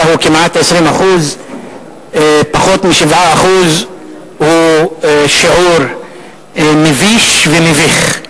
הוא כמעט 20%. פחות מ-7% הוא שיעור מביש ומביך.